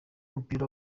w’umupira